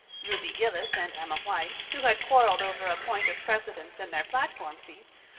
ruby gillis and emma white, who had quarreled over a point of precedence in their platform seats,